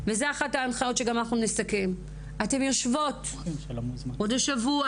וזו תהיה אחת ההנחיות שנסכם, שתשבו עוד השבוע